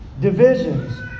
divisions